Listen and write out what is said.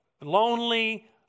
lonely